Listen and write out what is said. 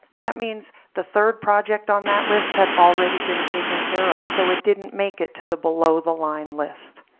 that means the third project on that list had already been taken care of, so it didn't make it to the below the line list.